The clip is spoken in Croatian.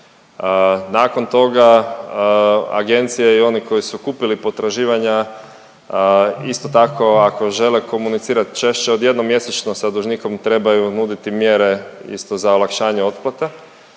Nakon toga, agencije i oni koji su kupili potraživanja isto tako, ako žele komunicirati češće od jednom mjesečno sa dužnikom, trebaju nuditi mjere, isto, za olakšanje otplate.